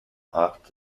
art